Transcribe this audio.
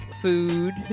food